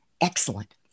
Excellent